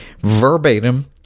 verbatim